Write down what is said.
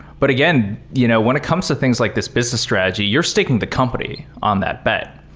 but again, you know when it comes to things like this business strategy, you're sticking the company on that bed.